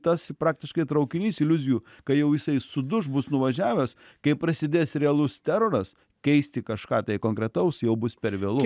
tas praktiškai traukinys iliuzijų kai jau jisai suduš bus nuvažiavęs kai prasidės realus teroras keisti kažką konkretaus jau bus per vėlu